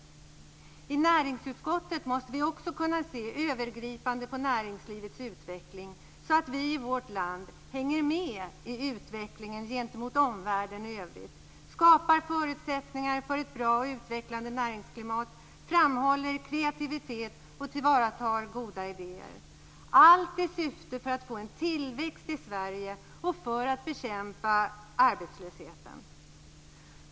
Också i näringsutskottet måste vi kunna se övergripande på näringslivets utveckling så att vi i vårt land hänger med i utvecklingen gentemot omvärlden, skapar förutsättningar för ett bra och utvecklande näringsklimat, framhåller kreativitet och tillvaratar goda idéer. Syftet med allt detta är att få tillväxt i Sverige och att bekämpa arbetslösheten.